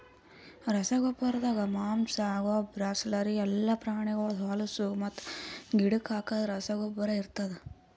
ರಸಗೊಬ್ಬರ್ದಾಗ ಮಾಂಸ, ಗೊಬ್ಬರ, ಸ್ಲರಿ ಎಲ್ಲಾ ಪ್ರಾಣಿಗಳ್ದ್ ಹೊಲುಸು ಮತ್ತು ಗಿಡಕ್ ಹಾಕದ್ ರಸಗೊಬ್ಬರ ಇರ್ತಾದ್